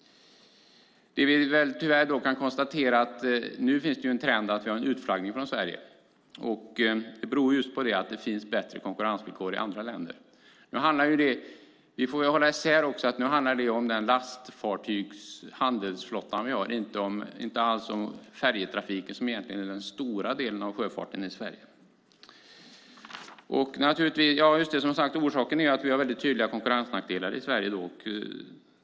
Vi kan tyvärr konstatera att trenden är att det är en utflaggning från Sverige. Det beror på att det finns bättre konkurrensvillkor i andra länder. Det handlar om handelsflottan, inte om färjetrafiken som är den stora delen av sjöfarten i Sverige. Vi har tydliga konkurrensnackdelar i Sverige.